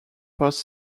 post